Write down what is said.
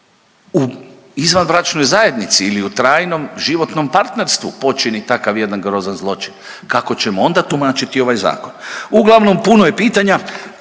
u izvanbračnoj zajednici ili u trajnom životnom partnerstvu počini takav jedan grozan zločin, kako ćemo onda tumačiti ovaj zakon. Uglavnom puno je pitanja,